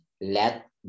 let